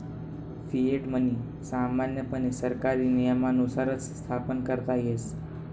fiat money सामान्यपणे सरकारी नियमानुसारच स्थापन करता येस